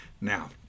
Now